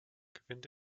gewinnt